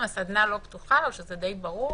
הסדנה לא פתוחה לו, שזה די ברור,